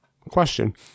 question